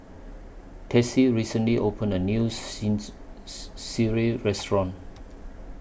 Tessie recently opened A New since Sireh Restaurant